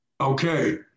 Okay